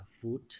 food